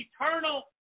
eternal